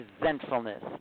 resentfulness